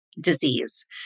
disease